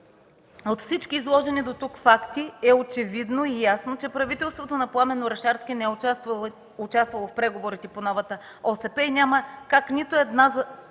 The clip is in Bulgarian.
От всички изложени дотук факти е очевидно и ясно, че правителството на Пламен Орешарски не е участвало в преговорите по новата ОСП и няма как нито една